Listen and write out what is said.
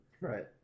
Right